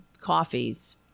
coffees